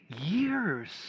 years